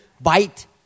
bite